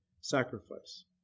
sacrifice